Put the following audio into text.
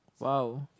!wow!